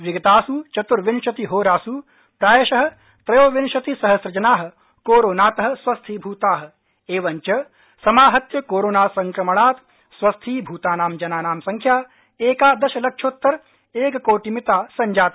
विगतास् चतुर्विंशतिहोरास् प्रायश त्रयोविंशतिसहस्रजना कोरोनात स्वस्थीभृता एवंच समाहत्य कोरोनासंक्रमणात् स्वस्थीभूतानां जनानां संख्या एकादशलक्षोत्तर एककोटिमिता संजाता